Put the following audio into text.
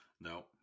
No